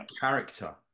character